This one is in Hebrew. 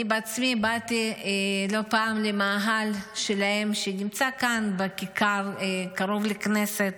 אני עצמי באתי לא פעם למאהל שלהם שנמצא כאן בכיכר קרוב לכנסת.